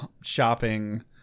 shopping